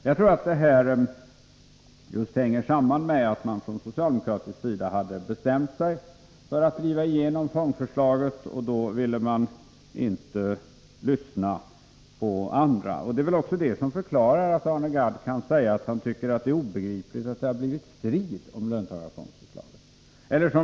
Jag tror att detta hänger samman med att socialdemokraterna har bestämt sig för att driva igenom fondförslaget. Då vill de inte lyssna på andra. Det är väl också detta som förklarar att Arne Gadd kan säga att han tycker att det är obegripligt att det har blivit strid om löntagarfondsförslaget.